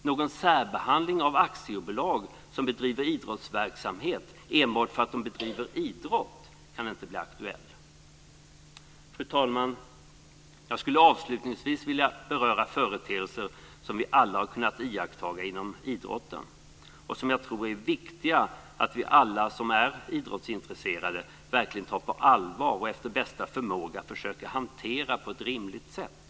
Någon särbehandling av aktiebolag som bedriver idrottsverksamhet, enbart för att de bedriver idrott, kan inte bli aktuell. Fru talman! Jag skulle avslutningsvis vilja beröra företeelser som vi alla har kunnat iaktta inom idrotten och som jag tror är viktiga att vi alla som är idrottsintresserade verkligen tar på allvar och efter bästa förmåga försöker hantera på ett rimligt sätt.